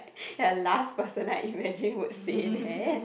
the last person I imagine would say that